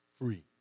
free